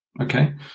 okay